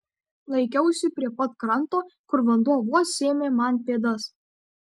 laikiausi prie pat kranto kur vanduo vos sėmė man pėdas